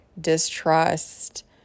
distrust